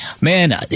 man